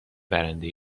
برنده